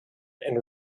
and